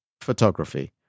photography